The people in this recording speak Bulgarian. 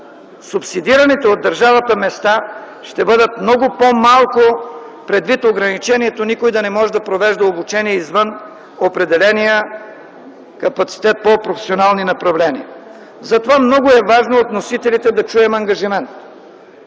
субсидираните от държавата места ще бъдат много по малко предвид ограничението никой да не може да провежда обучение извън определения капацитет по професионални направления. Затова много е важно от вносителите да чуем ангажимент.